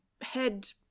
head